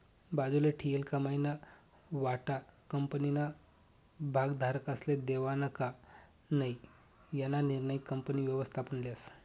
बाजूले ठीयेल कमाईना वाटा कंपनीना भागधारकस्ले देवानं का नै याना निर्णय कंपनी व्ययस्थापन लेस